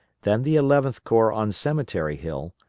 then the eleventh corps on cemetery hill,